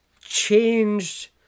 changed